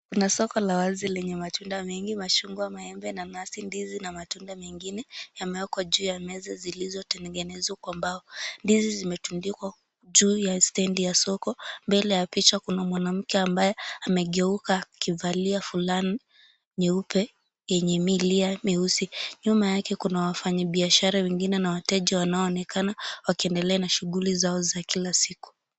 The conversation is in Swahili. Kuna soko la wazi lenye matunda mengi, machungwa, maembe, nanasi, ndizi, na matunda mengine. Yamewekwa juu ya meza zilizotengenezwa kwa mbao, ndizi zimetundikwa juu ya stendi ya soko. Mbele ya picha kuna mwanamke ambaye amegeuka, akivalia fulana nyeupe yenye milia nyeusi. Nyuma yake kuna wafanyabiashara wengine, na wateja wanaoonekana wakiendelea na shughuli zao za kila siku.